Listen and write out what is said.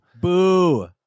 Boo